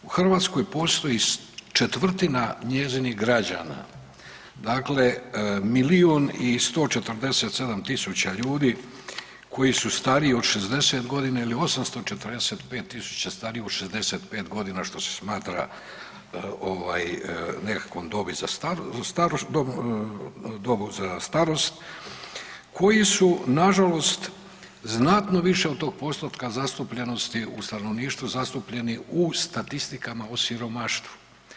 U Hrvatskoj postoji četvrtina njezinih građana, dakle milijun i 147 tisuća ljudi koji su stariji od 60 godina ili 845 tisuća starijih od 65 godina što se smatra ovaj nekakvom dobi za starost koji su nažalost znatno više od tog postotka zastupljenosti u stanovništvu zastupljeni u statistikama o siromaštvu.